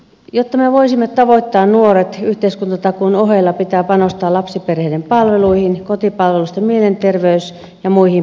jotta me voisimme tavoittaa nuoret yhteiskuntatakuun ohella pitää panostaa lapsiperheiden palveluihin kotipalvelusta mielenterveys ja muihin palveluihin